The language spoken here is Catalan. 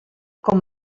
com